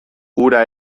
hura